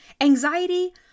Anxiety